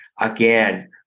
again